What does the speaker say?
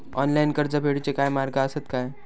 Online कर्ज फेडूचे काय मार्ग आसत काय?